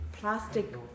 plastic